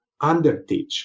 underteach